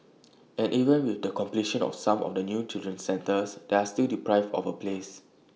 and even with the completion of some of the new childcare centres they are still deprived of A place